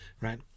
Right